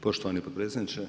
Poštovani potpredsjedniče.